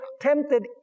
tempted